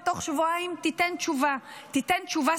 ובתוך שבועיים תיתן תשובה סופית,